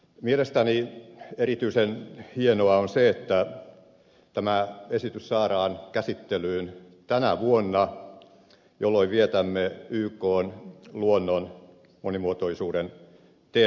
mielestäni erityisen hienoa on se että tämä esitys saadaan käsittelyyn tänä vuonna jolloin vietämme ykn luonnon monimuotoisuuden teemavuotta